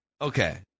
Okay